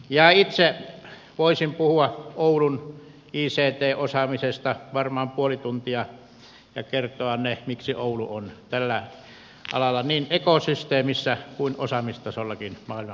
ja itse voisin puhua oulun ict osaamisesta varmaan puoli tuntia ja kertoa miksi oulu on tällä alalla niin ekosysteemissä kuin osaamisessakin maailman parasta tasoa